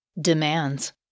demands